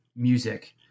music